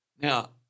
Now